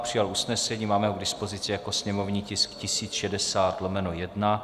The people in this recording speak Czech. Přijal usnesení, máme ho k dispozici jako sněmovní tisk 1060/1.